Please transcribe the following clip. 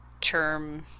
term